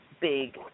big